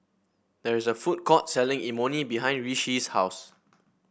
there is a food court selling Imoni behind Rishi's house